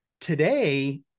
Today